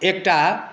एकटा